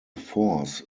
force